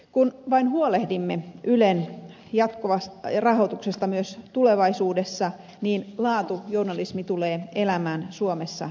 kun vain huolehdimme ylen rahoituksesta myös tulevaisuudessa niin laatujournalismi tulee elämään suomessa vahvana